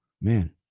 man